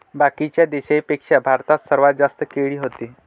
बाकीच्या देशाइंपेक्षा भारतात सर्वात जास्त केळी व्हते